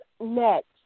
next